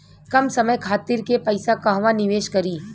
कम समय खातिर के पैसा कहवा निवेश करि?